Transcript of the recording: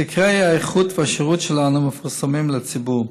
סקרי האיכות והשירות שלנו מתפרסמים לציבור,